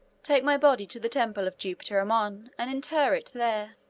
take my body to the temple of jupiter ammon, and inter it there.